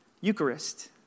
Eucharist